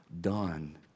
done